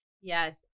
Yes